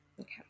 Okay